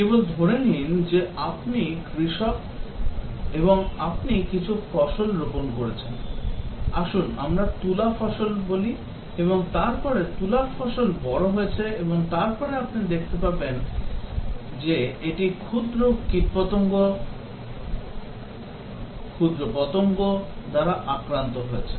কেবল ধরে নিন যে আপনি কৃষক এবং আপনি কিছু ফসল রোপণ করেছেন আসুন আমরা তুলা ফসল বলি এবং তারপরে তুলার ফসল বড় হয়েছে এবং তারপরে আপনি দেখতে পাবেন যে এটি ক্ষুদ্র পতঙ্গ কীটপতঙ্গ দ্বারা আক্রান্ত হয়েছে